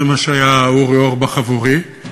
זה מה שהיה אורי אורבך עבורי.